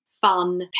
fun